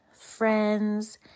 friends